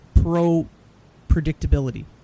pro-predictability